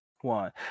one